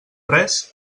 res